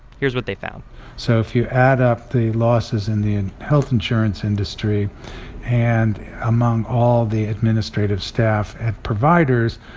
here's what they found so if you add up the losses in the health insurance industry and among all the administrative staff at providers,